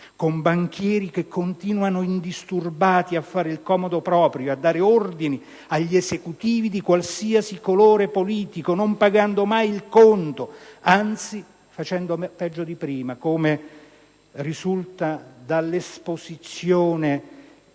con banchieri che continuano indisturbati a fare il comodo proprio e a dare ordini agli esecutivi di qualsivoglia colore politico, non pagando mai il conto; anzi facendo peggio di prima, come risulta dall'esposizione